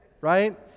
right